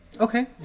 Okay